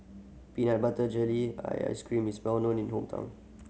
peanut butter jelly ice cream is well known in hometown